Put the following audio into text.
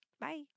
bye